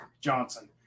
Johnson